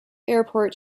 airport